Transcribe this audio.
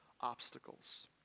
obstacles